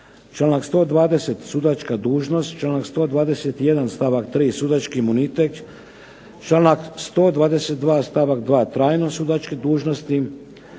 19. sudačka dužnost, članka 20. sudački imunitet, članka 21. trajnost sudačke dužnosti,